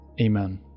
Amen